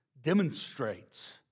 demonstrates